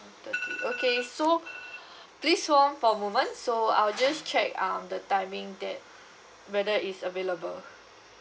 on thirty okay so please hold on for a moment so I'll just check um the timing that whether is available